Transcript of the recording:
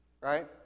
Right